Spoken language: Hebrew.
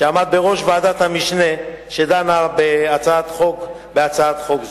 שעמד בראש ועדת המשנה שדנה בהצעת חוק זו.